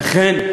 לחן,